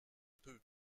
peut